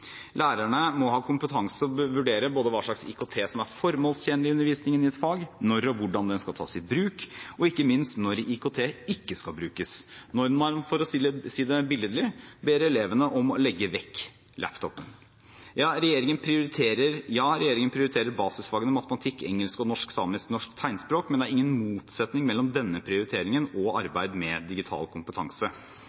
Lærerne må ha kompetanse til å vurdere både hva slags IKT som er formålstjenlig i undervisningen i et fag, når og hvordan det skal tas i bruk, og ikke minst når IKT ikke skal brukes, når man – for å si det billedlig – ber elevene om å legge vekk laptopen. Ja, regjeringen prioriterer basisfagene matematikk, engelsk og norsk / samisk / norsk tegnspråk, men det er ingen motsetning mellom denne prioriteringen og arbeid med digital kompetanse.